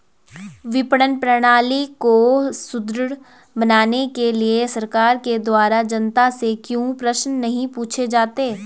विपणन प्रणाली को सुदृढ़ बनाने के लिए सरकार के द्वारा जनता से क्यों प्रश्न नहीं पूछे जाते हैं?